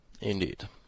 indeed